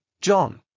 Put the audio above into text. John